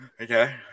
Okay